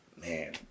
man